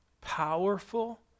powerful